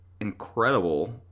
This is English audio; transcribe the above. incredible